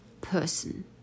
person